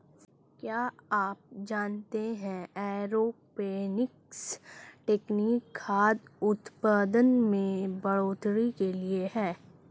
क्या आप जानते है एरोपोनिक्स तकनीक खाद्य उतपादन में बढ़ोतरी के लिए है?